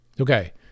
okay